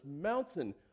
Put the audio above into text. mountain